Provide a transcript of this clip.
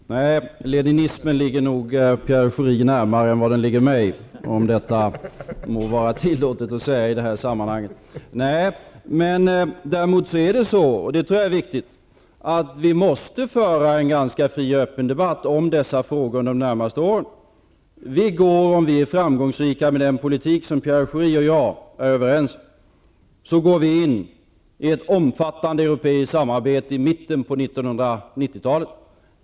Fru talman! Nej, leninismen ligger nog närmare Pierre Schori än mig, om detta är tillåtet att säga i detta sammanhang. Däremot är det på det sättet, vilket jag tror är viktigt, att vi måste föra en ganska fri och öppen debatt om dessa frågor under de närmaste åren. Om vi är framgångsrika med den politik som Pierre Schori och jag är överens om, går vi in i ett omfattande europeiskt samarbete i mitten av 1990 talet.